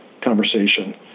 conversation